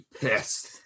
pissed